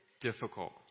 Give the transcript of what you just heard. difficult